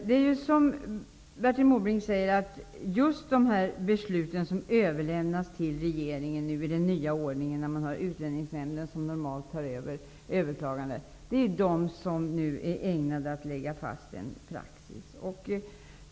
Det är som Bertil Måbrink säger just de beslut som överlämnats till regeringen i den nya ordning där Utlänningsnämnden normalt tar över överklaganden som är ägnade att lägga fast en praxis.